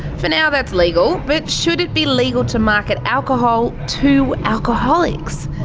for now, that's legal. but should it be legal to market alcohol to alcoholics?